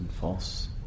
false